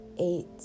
eight